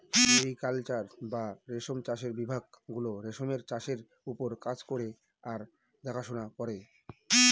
sericulture বা রেশম চাষের বিভাগ গুলো রেশমের চাষের ওপর কাজ করে আর দেখাশোনা করে